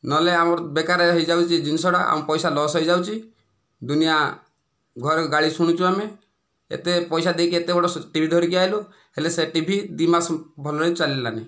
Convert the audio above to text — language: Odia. ନ ହେଲେ ଆମର ବେକାରିଆ ହୋଇଯାଉଛି ଜିନିଷଟା ଆମ ପଇସା ଲସ ହୋଇଯାଉଛି ଦୁନିଆଁ ଘରେ ଗାଳି ଶୁଣୁଛୁ ଆମେ ଏତେ ପଇସା ଦେଇକି ଏତେ ବଡ଼ ଟିଭି ଧରିକି ଆସିଲୁ ହେଲେ ସେ ଟିଭି ଦୁଇ ମାସ ଭଲରେ ଚାଲିଲାନି